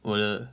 我的